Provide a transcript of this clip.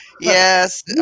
yes